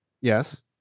Yes